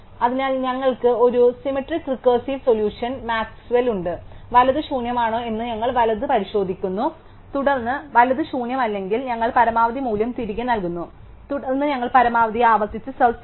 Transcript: അതിനാൽ ഞങ്ങൾക്ക് ഒരു സിമെട്രിക് റിക്കർസീവ് സൊല്യൂഷൻ മാക്സ്വൽ ഉണ്ട് വലത് ശൂന്യമാണോ എന്ന് ഞങ്ങൾ വലത് പരിശോധിക്കുന്നു തുടർന്ന് വലത് ശൂന്യമല്ലെങ്കിൽ ഞങ്ങൾ പരമാവധി മൂല്യം തിരികെ നൽകുന്നു തുടർന്ന് ഞങ്ങൾ പരമാവധി ആവർത്തിച്ച് സെർച്ച് ചെയുന്നു